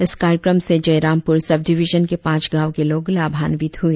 इस कार्यक्रम से जयरामपुर सब डिविजन के पांच गांव के लोग लाभान्वित हुए